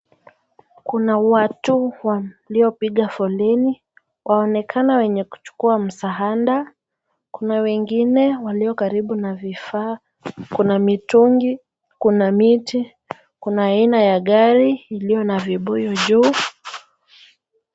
Kuna watu waliopiga foleni. Waonekana wenye kuchukua msaada. Kuna wengine walio karibu na vifaa, kuna mitungi, kuna miti, kuna aina ya gari iliyo na vibuyu juu.